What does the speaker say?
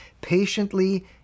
patiently